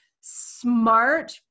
smart